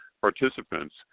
participants